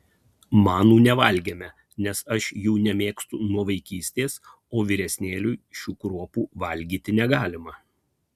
manų nevalgėme nes aš jų nemėgstu nuo vaikystės o vyresnėliui šių kruopų valgyti negalima